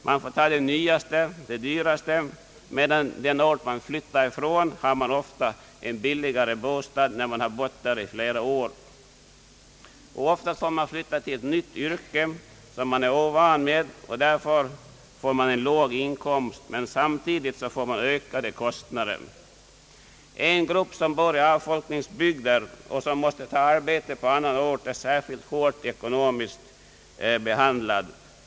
De får ta de nyaste och därmed de dyraste bostäderna; på den ort där vederbörande har bott i flera år har bostaden i de flesta fall varit billigare. Ofta får dessa människor byta till ett nytt yrke som de är ovana vid, och därmed blir inkomsten lägre samtidigt som kostnaderna ökar. En grupp som bor i avfolkningsbygder och som måste ta arbete på annan ort blir särskilt hårt ekonomiskt behandlad.